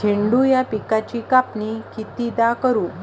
झेंडू या पिकाची कापनी कितीदा करू?